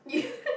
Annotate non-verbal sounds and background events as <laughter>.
yeah <laughs>